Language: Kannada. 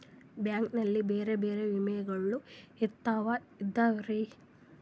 ಬ್ಯಾಂಕ್ ನಲ್ಲಿ ಬೇರೆ ಬೇರೆ ವಿಮೆಗಳು ಎಂತವ್ ಇದವ್ರಿ?